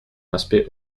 aspect